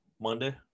Monday